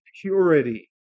purity